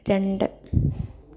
രണ്ട്